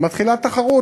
מתחילה תחרות.